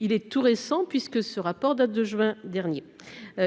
il est tout récent, puisque ce rapport date de juin dernier,